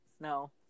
No